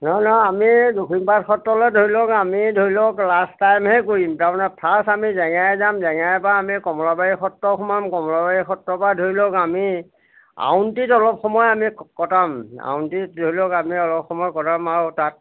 নহয় নহয় আমি দক্ষিণপাট সত্ৰলৈ ধৰি লওক আমি ধৰি লওক লাষ্ট টাইমহে কৰিম তাৰমানে ফাৰ্ষ্ট আমি জেংৰাই যাম জেংৰাইৰ পৰা আমি কমলাবাৰী সত্ৰ সোমাম কমলাবাৰী সত্ৰৰ পৰা ধৰি লওক আমি আউনীআটীত অলপ সময় আমি কটাম আউনীআটীত ধৰি লওক আমি অলপ সময় কটাম আও তাত